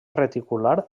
reticular